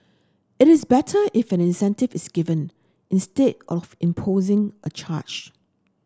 it is better if an incentive is given instead of imposing a charge